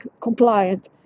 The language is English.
compliant